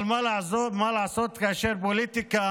אבל מה לעשות, כאשר פוליטיקה